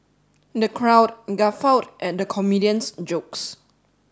the crowd guffawed at the comedian's jokes